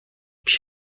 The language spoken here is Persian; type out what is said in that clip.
پیش